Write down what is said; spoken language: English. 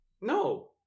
no